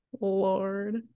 Lord